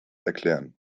erklären